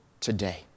today